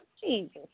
Jesus